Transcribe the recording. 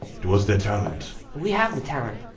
it was their talent. we have the talent.